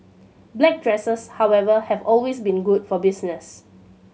black dresses however have always been good for business